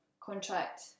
contract